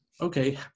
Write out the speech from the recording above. okay